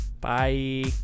Bye